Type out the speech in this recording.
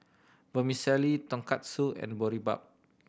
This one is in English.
Vermicelli Tonkatsu and Boribap